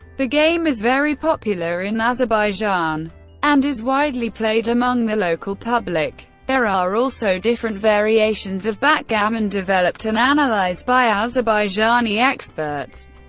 the game is very popular in azerbaijan and is widely played among the local public. there are also different variations of backgammon developed and analyzed by azerbaijani experts.